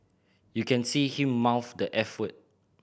you can see him mouth the eff word